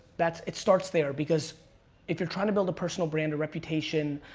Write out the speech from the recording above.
that, it starts there because if you're trying to build a personal brand or reputation,